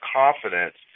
confidence